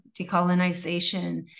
decolonization